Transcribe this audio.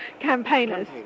campaigners